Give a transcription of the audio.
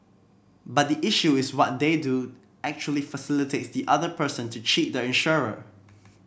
but the issue is what they do actually facilitates the other person to cheat the insurer